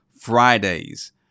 Fridays